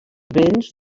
vents